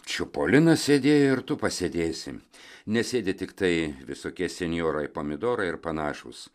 čipolinas sėdėjo ir tu pasėdėsi nesėdi tiktai visokie senjorai pomidorai ir panašūs